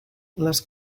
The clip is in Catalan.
les